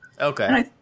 Okay